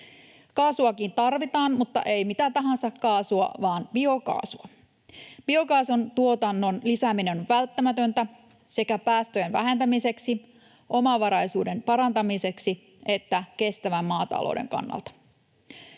Kaasuakin tarvitaan, mutta ei mitä tahansa kaasua vaan biokaasua. Biokaasun tuotannon lisääminen on välttämätöntä sekä päästöjen vähentämiseksi, omavaraisuuden parantamiseksi että kestävän maatalouden kannalta.